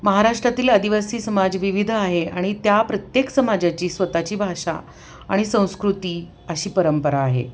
महाराष्ट्रातील आदिवासी समाज विविध आहे आणि त्या प्रत्येक समाजाची स्वतःची भाषा आणि संस्कृती अशी परंपरा आहे